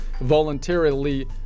voluntarily